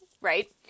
Right